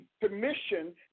permission